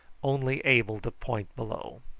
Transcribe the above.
only able to point below.